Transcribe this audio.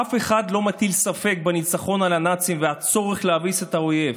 אף אחד לא מטיל ספק בניצחון על הנאצים ובצורך להביס את האויב.